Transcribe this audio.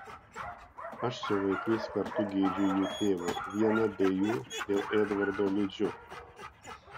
aš su vaikais kartu gedžiu jų tėvo viena be jų dėl edvardo liūdžiu